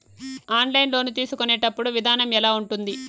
online loan తీసుకునేటప్పుడు విధానం ఎలా ఉంటుంది